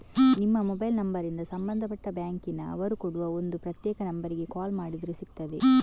ನಿಮ್ಮ ಮೊಬೈಲ್ ನಂಬರಿಂದ ಸಂಬಂಧಪಟ್ಟ ಬ್ಯಾಂಕಿನ ಅವರು ಕೊಡುವ ಒಂದು ಪ್ರತ್ಯೇಕ ನಂಬರಿಗೆ ಕಾಲ್ ಮಾಡಿದ್ರೆ ಸಿಗ್ತದೆ